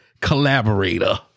collaborator